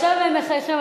עכשיו הם מחייכים,